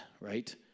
right